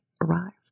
arrived